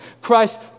Christ